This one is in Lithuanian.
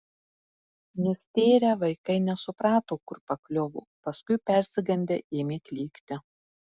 nustėrę vaikai nesuprato kur pakliuvo paskui persigandę ėmė klykti